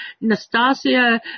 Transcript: Nastasia